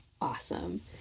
awesome